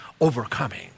overcoming